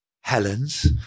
Helen's